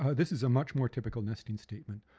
so this is a much more typical nesting statement,